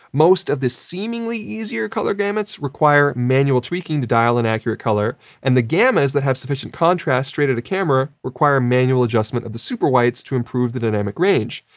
most of the seemingly easier colour gamuts require manual tweaking to dial in accurate colour and the gammas that have sufficient contrast straight into camera require manual adjustment of the super whites to improve the dynamic range.